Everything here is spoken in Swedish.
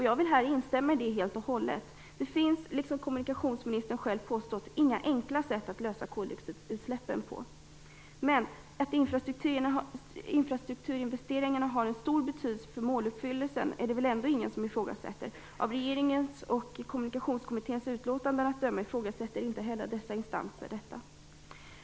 Jag instämmer helt och hållet i det. Som kommunikationsministern själv har sagt finns det inga enkla sätt att minska koldioxidutsläppen. Men att infrastrukturinvesteringarna har stor betydelse för måluppfyllelsen är det väl ändå ingen som ifrågasätter. Av regeringens och Kommunikationskommitténs utlåtanden att döma ifrågasätter inte heller dessa instanser det.